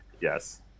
Yes